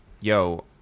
yo